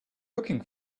looking